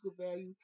value